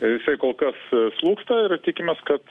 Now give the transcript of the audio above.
jisai kol kas slūgsta ir tikimės kad